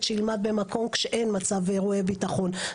שילמד במקום כשאין מצב אירועי ביטחון.